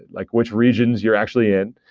like which regions you're actually in.